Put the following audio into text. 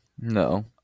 No